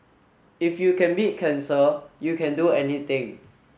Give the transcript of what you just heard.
if you can beat cancer you can do anything